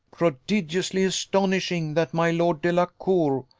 prodigiously astonishing, that my lord delacour,